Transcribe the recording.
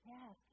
Yes